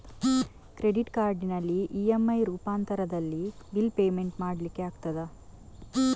Credit ಕಾರ್ಡಿನಲ್ಲಿ EMI ರೂಪಾಂತರದಲ್ಲಿ bill payment ಮಾಡ್ಲಿಕ್ಕೆ ಆಗ್ತದ?